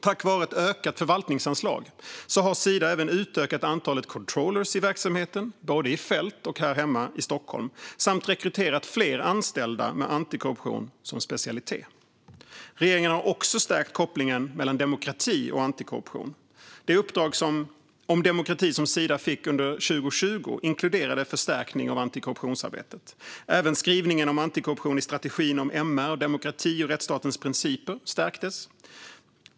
Tack vare ett ökat förvaltningsanslag har Sida även utökat antalet controllers i verksamheten, både i fält och här hemma i Stockholm, samt rekryterat fler anställda med antikorruption som specialitet. Regeringen har också stärkt kopplingen mellan demokrati och antikorruption. Det uppdrag om demokrati som Sida fick under 2020 inkluderade förstärkning av antikorruptionsarbetet. Även skrivningen om antikorruption i strategin om MR, demokrati och rättsstatens principer stärktes.